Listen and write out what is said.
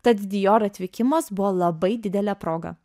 tad dior atvykimas buvo labai didelė proga